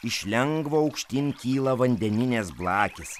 iš lengvo aukštyn kyla vandeninės blakės